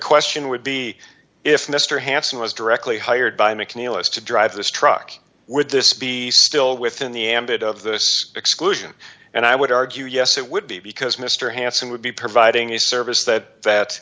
question would be if mr hanssen was directly hired by mcneil as to drive this truck would this be still within the ambit of this exclusion and i would argue yes it would be because mr hanssen would be providing a service that that